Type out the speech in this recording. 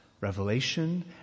revelation